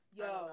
yo